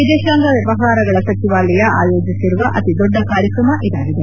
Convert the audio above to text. ವಿದೇಶಾಂಗ ವ್ಲವಹಾರಗಳ ಸಚಿವಾಲಯ ಆಯೋಜಿಸಿರುವ ಅತಿದೊಡ್ಡ ಕಾರ್ಯಕ್ರಮ ಇದಾಗಿದೆ